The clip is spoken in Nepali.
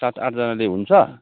सात आठजनाले हुन्छ